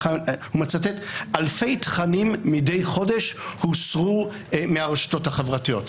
הוא מצטט: אלפי תכנים מדי חודש הוסרו מהרשתות החברתיות.